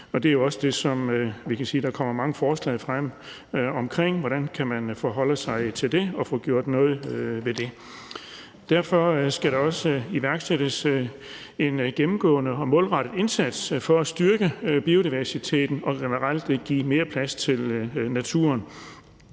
det er også det, der kommer mange forslag frem om, altså hvordan man kan forholde sig til det og få gjort noget ved det. Derfor skal der også iværksættes en gennemgående og målrettet indsats for at styrke biodiversiteten og generelt give mere plads til naturen.